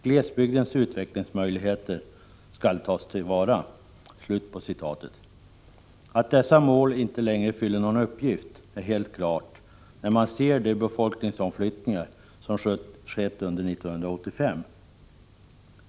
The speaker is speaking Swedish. Glesbygdens utvecklingsmöjligheter skall tas till vara.” Att dessa mål inte längre fyller någon uppgift är helt klart när man ser de befolkningsomflyttningar som skett under 1985.